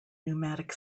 pneumatic